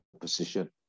position